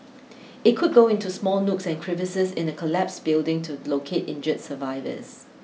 it could go into small nooks and crevices in a collapsed building to locate injured survivors